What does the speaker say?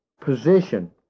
position